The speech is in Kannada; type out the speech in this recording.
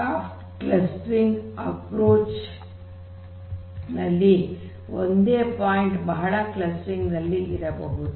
ಸಾಫ್ಟ್ ಕ್ಲಸ್ಟರಿಂಗ್ ಅಪ್ರೋಚ್ ನಲ್ಲಿ ಒಂದೇ ಪಾಯಿಂಟ್ ಬಹಳ ಕ್ಲಸ್ಟರಿಂಗ್ ನಲ್ಲಿ ಇರಬಹುದು